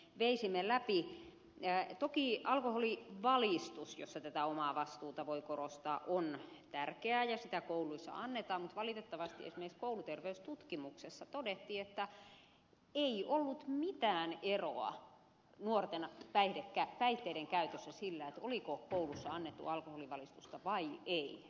viisi meillä ei jää että kiina toki alkoholivalistus jossa tätä omaa vastuuta voi korostaa on tärkeää ja sitä kouluissa annetaan mutta valitettavasti esimerkiksi kouluterveystutkimuksessa todettiin että ei ollut mitään eroa nuorten päihteiden käytössä sillä oliko koulussa annettu alkoholivalistusta vai ei